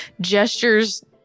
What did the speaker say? gestures